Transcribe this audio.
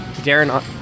Darren